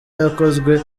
yakozwe